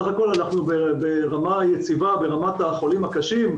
סך הכול אנחנו ברמה יציבה ברמת החולים הקשים,